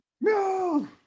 no